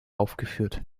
aufgeführt